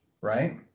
Right